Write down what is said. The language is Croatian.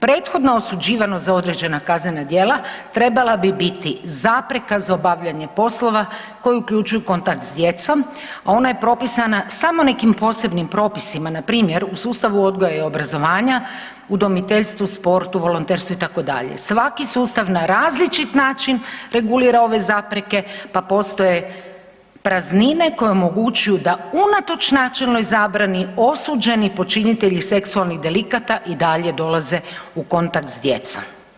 Prethodno osuđivano za određena kaznena djela trebala bi biti zapreka za obavljanje poslova koji uključuju kontakt s djecom, a ona je propisana samo nekim posebnim propisima, npr. u sustavu odgoja i obrazovanja, udomiteljstvu, sportu, volonterstvu itd. svaki sustav na različit način regulira ove zapreke pa postoje praznine koje omogućuju da unatoč načelnoj zabrani osuđeni počinitelji seksualnih delikata i dalje dolaze u kontakt s djecom.